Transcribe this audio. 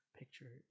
picture